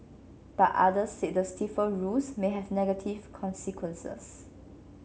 but others said the stiffer rules may have negative consequences